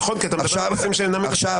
נכון, כי אתה מדבר על דברים שאינם בנושא הישיבה.